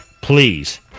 Please